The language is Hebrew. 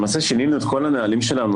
למעשה שינינו את כל הנהלים שלנו,